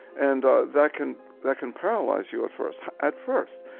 and ah that can that can paralyze you at first. at first.